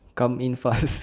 come in fast